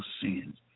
sins